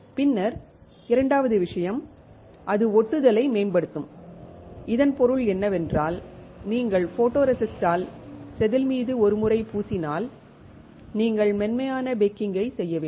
பின்னர் இரண்டாவது விஷயம் அது ஒட்டுதலை மேம்படுத்தும் இதன் பொருள் என்னவென்றால் நீங்கள் ஃபோட்டோரெசிஸ்ட்டால் செதில் மீது ஒரு முறை பூசினால் நீங்கள் மென்மையான பேக்கிங்கை செய்ய வேண்டும்